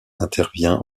intervient